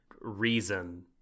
reason